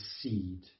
seed